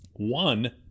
One